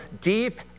deep